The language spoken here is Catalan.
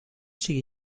sigui